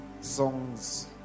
songs